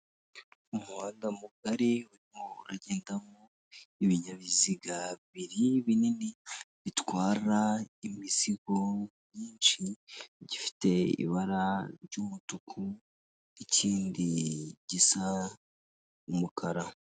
Umuhanda mugari w' ura ugendamo ibinyabiziga bibiri binini, bitwara imizigo myinshi, gifite ibara ry'umutuku n'ikindi gisa umukara.